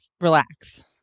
relax